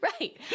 right